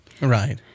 Right